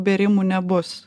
bėrimų nebus